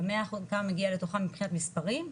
ב-100% כמה מגיע מתוכם מבחינת מספרים?